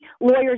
lawyers